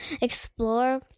explore